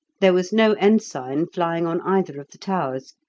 there was no ensign flying on either of the towers,